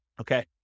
Okay